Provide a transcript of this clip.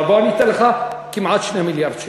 אבל בוא, אני אתן לך כמעט 2 מיליארד שקל.